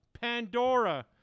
Pandora